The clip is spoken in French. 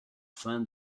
fin